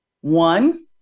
one